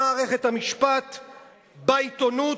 במערכת המשפט, בעיתונות,